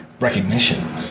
Recognition